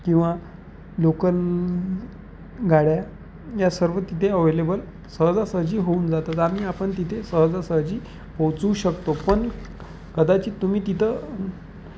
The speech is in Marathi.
किंवा लोकल गाड्या या सर्व तिथे अवेलेबल सहजासहजी होऊन जातात आम्ही आपण तिथे सहजासहजी पोहचू शकतो पण कदाचित तुम्ही तिथं